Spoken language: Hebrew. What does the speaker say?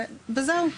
זהו.